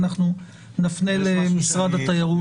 נפנה את זה למשרד התיירות.